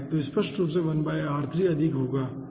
तो स्पष्ट रूप से 1r3 अधिक होगा ठीक है